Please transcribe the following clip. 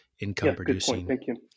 income-producing